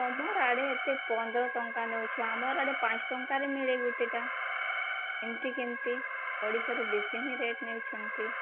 ତୁମର ଆଡ଼େ ଏତେ ପନ୍ଦର ଟଙ୍କା ନେଉଛ ଆମର ଆଡ଼େ ପାଞ୍ଚ ଟଙ୍କାରେ ମିଳେ ଗୋଟେଟା ଏମିତି କେମିତି ଓଡ଼ିଶାରେ ବେଶୀ ହିଁ ରେଟ୍ ନେଉଛନ୍ତି